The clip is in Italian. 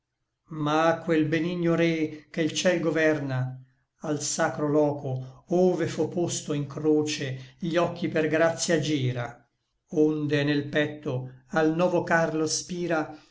ma quel benigno re che l ciel governa al sacro loco ove fo posto in croce gli occhi per gratia gira onde nel petto al novo karlo spira